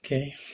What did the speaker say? Okay